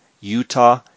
Utah